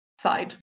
side